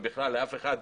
ובכלל לאף אחד,